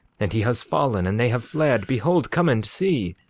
and he has fallen and they have fled behold, come and see.